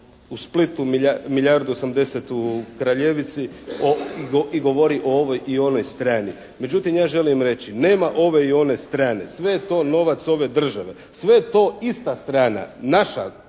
i 80 u Kraljevici i govori o ovoj i onoj strani. Međutim, ja želim reći nema ove i one strane. Sve je to novac ove države. Sve je to ista strana. Naša